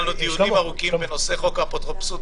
דיונים ארוכים בנושא חוק האפוטרופסות,